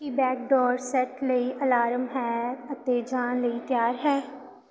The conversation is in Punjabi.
ਕੀ ਬੈਕ ਡੋਰ ਸੈੱਟ ਲਈ ਅਲਾਰਮ ਹੈ ਅਤੇ ਜਾਣ ਲਈ ਤਿਆਰ ਹੈ